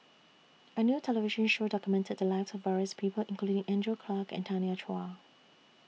A New television Show documented The Lives of various People including Andrew Clarke and Tanya Chua